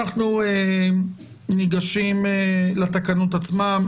אנחנו ניגשים לתקנות עצמן.